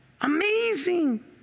Amazing